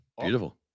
Beautiful